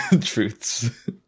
truths